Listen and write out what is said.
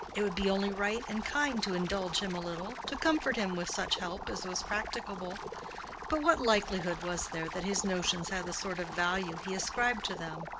it would be only right and kind to indulge him a little, to comfort him with such help as was practicable but what likelihood was there that his notions had the sort of value he ascribed to them?